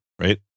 Right